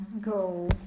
go